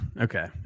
Okay